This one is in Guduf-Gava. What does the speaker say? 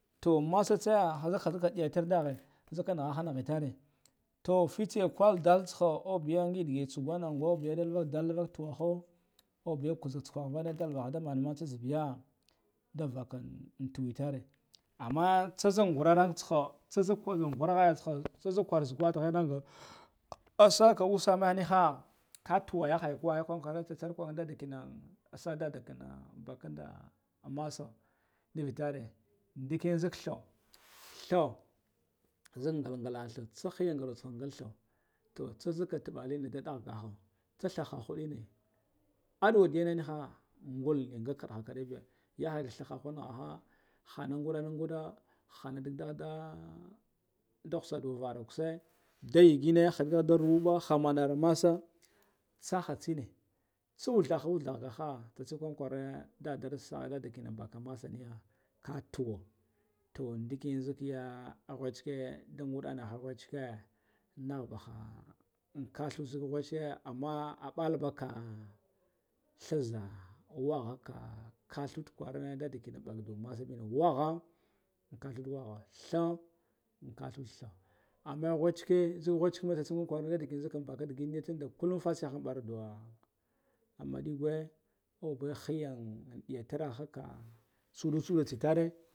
Toh massa tsa haza haza toda diyara dakhai nzakana diyar nakatane toh fitsiya kuldul tsuhu ubiya ngig ndigi tsu nguna ngu adaldava tuwa ha hubiyu kuzatsaka avanadalva nda mana mana tsekabiya ndavakan twowe tari, amma tsazan ngura tsuku tsazak zan ngurare tsahu asaka usame innikha kan duwan yakhaya dadakinan asa dada kinan bakanda am massa, ndivi ndiki ndak than than nzan ngal ngola thad tsaheya ngar ngal thu toh tsazuka thabane nda da bahu tsathaha hadine audwa diyana neha ngul ngakaha kadde nbe yakhayu thatha kanaha hanan ngudar da ngudu hana ndak dalda ndakas duvara kuse nda yegine happga daruba hanara massa, tsaha tsene tsathuda uduhaha nda tsankan kware daddan saha dadda kinan baka massa katuwo tuwun nɗikin dikiyu a wachike nda ngadan naha wachike, nahbaha khathu zuk wachike amman aɓal baka thuza wakha kah kathud kurine dadda bakinan massa bena wukha raduk wakha wakha thuu nkathu tha, amma wachike zu wachiken kuma dadon tsan kan kwarede dazan bara bakande kulun fatsiye barun dawa ah madigwe ugun kheyan diyatar